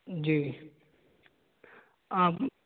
جی آپ